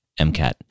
MCAT